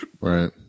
Right